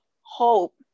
hope